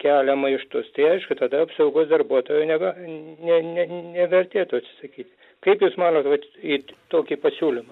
kelia maištus tai aišku tada apsaugos darbuotojo nega ne nevertėtų atsisakyt kaip jūs manot vat į tokį pasiūlymą